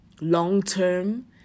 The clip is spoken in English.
long-term